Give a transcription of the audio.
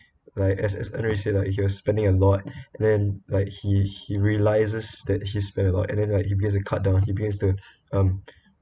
like as as I know you say like if you're spending a lot then like he he realises that he spent all and the like he begins to cut down he begins to um